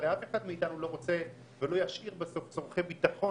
הרי אף אחד מאיתנו לא רוצה ולא ישאיר בסוף צרכי ביטחון